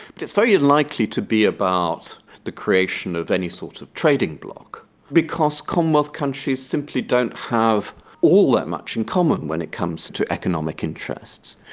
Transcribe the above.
but it's very unlikely to be about the creation of any sort of trading bloc because commonwealth countries simply don't have all that much in common when it comes to economic interests.